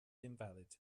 invalid